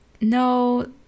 No